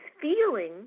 feeling